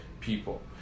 people